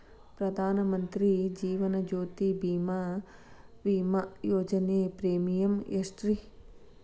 ಪ್ರಧಾನ ಮಂತ್ರಿ ಜೇವನ ಜ್ಯೋತಿ ಭೇಮಾ, ವಿಮಾ ಯೋಜನೆ ಪ್ರೇಮಿಯಂ ಎಷ್ಟ್ರಿ?